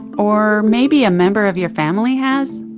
or maybe a member of your family has?